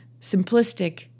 simplistic